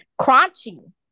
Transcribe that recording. Crunchy